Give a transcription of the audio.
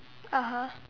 (uh huh)